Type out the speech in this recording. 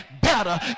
better